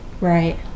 Right